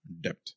depth